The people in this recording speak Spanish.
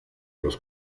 los